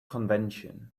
convention